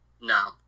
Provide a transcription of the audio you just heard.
no